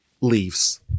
leaves